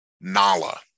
nala